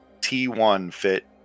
T1-fit